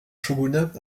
shogunat